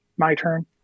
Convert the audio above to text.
MyTurn